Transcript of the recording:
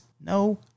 No